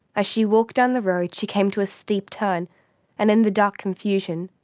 as she walked down the road she came to a steep turn and in the dark confusion,